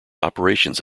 operations